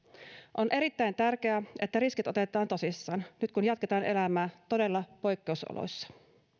on erittäin tärkeää että riskit otetaan tosissaan nyt kun jatketaan elämää todella poikkeusoloissa